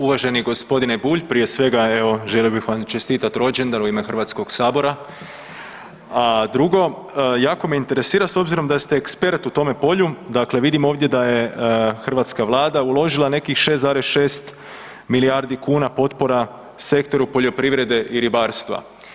Uvaženi gospodine Bulj prije svega evo želio bih vam i čestitat rođendan u ime Hrvatskog sabora, a drugo jako me interesira s obzirom da ste ekspert u tome polju, dakle vidim ovdje da je hrvatska Vlada uložila nekih 6,6 milijardi kuna potpora sektoru poljoprivrede i ribarstva.